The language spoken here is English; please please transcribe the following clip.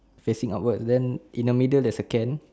facing upward then in the middle there's a can